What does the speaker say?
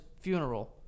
funeral